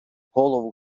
голову